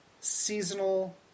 seasonal